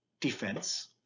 defense